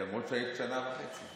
למרות שהיית שנה וחצי.